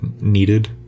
needed